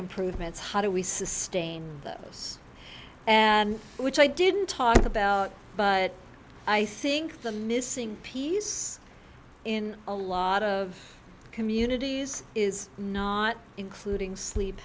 improvements how do we sustain those and which i didn't talk about but i think the missing piece in a lot of communities is not including sleep